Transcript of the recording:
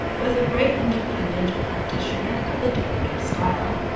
was a great independent practitioner of the decorative style.